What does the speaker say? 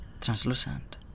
Translucent